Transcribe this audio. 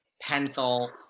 pencil